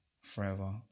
forever